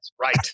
right